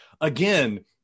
again